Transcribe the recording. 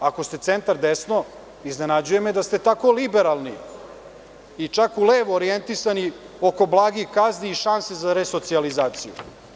Ako ste centar desno, iznenađuje me da ste tako liberalni i čak u levo orijentisani oko blagih kazni i šanse za resocijalizaciju.